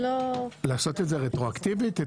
רטרואקטיבית.